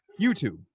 YouTube